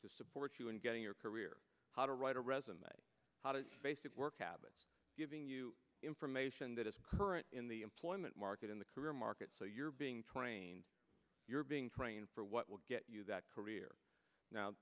to support you in getting your career how to write a resume how to basic work habits giving you information that is current in the employment market in the career market so you're being trained you're being trained for what will get you that career now